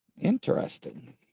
Interesting